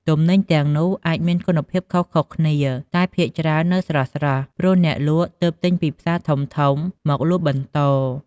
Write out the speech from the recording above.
ទំនិញទាំងនោះអាចមានគុណភាពខុសៗគ្នា តែភាគច្រើននៅស្រស់ៗ ព្រោះអ្នកលក់ទើបទិញពីផ្សារធំៗមកលក់បន្ត។